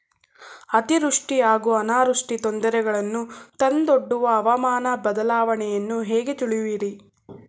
ಅತಿವೃಷ್ಟಿ ಹಾಗೂ ಅನಾವೃಷ್ಟಿ ತೊಂದರೆಗಳನ್ನು ತಂದೊಡ್ಡುವ ಹವಾಮಾನ ಬದಲಾವಣೆಯನ್ನು ಹೇಗೆ ತಿಳಿಯುವಿರಿ?